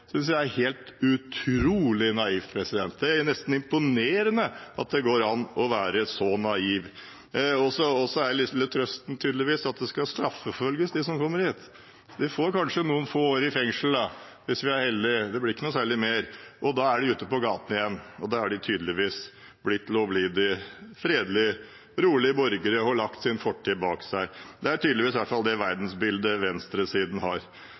er nesten imponerende at det går an å være så naiv. Trøsten er tydeligvis at de som kommer hit, skal straffeforfølges. De får kanskje noen få år i fengsel, hvis vi er heldige, det blir ikke noe særlig mer. Da er de ute på gata igjen, og da har de tydeligvis blitt lovlydige, fredelige og rolige borgere og har lagt sin fortid bak seg. Det er tydeligvis det verdensbildet venstresiden har. Jeg synes det